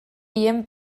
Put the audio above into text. dien